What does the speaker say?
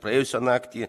praėjusią naktį